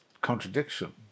contradiction